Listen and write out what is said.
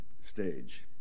stage